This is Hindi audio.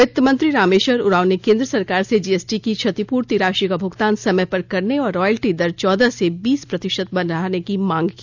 वित्त मंत्री रामेश्वर उरांव ने केंद्र सरकार से जीएसटी की क्षतिपूर्ति राशि का भुगतान समय पर करने और रॉयल्टी दर चौदह से बीस प्रतिशत बढ़ाने की मांग की